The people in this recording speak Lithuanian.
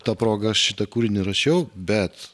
ta proga aš šitą kūrinį rašiau bet